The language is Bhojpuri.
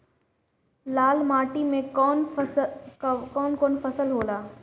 लाल माटी मे कवन कवन फसल होला?